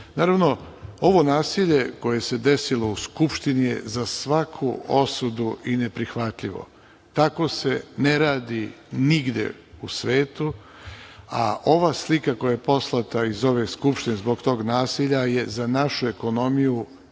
dijalog. Naravno, ovo nasilje koje se desilo u Skupštini je za svaku osudu i neprihvatljivo. Tako se ne radi nigde u svetu, a ova slika koja je poslata iz ove Skupštine zbog tog nasilja je za našu ekonomiju